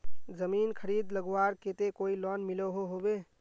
जमीन खरीद लगवार केते कोई लोन मिलोहो होबे?